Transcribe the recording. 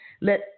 let